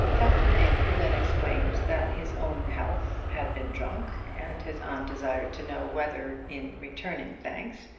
captain aylmer then explained that his own health had been drunk, and his aunt desired to know whether, in returning thanks,